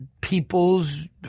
people's